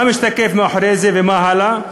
מה משתקף מאחורי זה ומה הלאה?